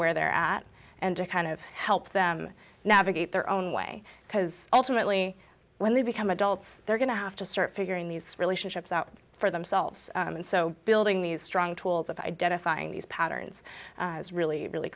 where they're at and to kind of help them navigate their own way because ultimately when they become adults they're going to have to search figuring these relationships out for themselves and so building these strong tools of identifying these patterns was really really